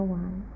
one